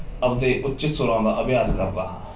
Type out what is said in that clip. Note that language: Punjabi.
ਆਪਣੇ ਉੱਚ ਸੁਰਾਂ ਦਾ ਅਭਿਆਸ ਕਰਦਾ ਹਾਂ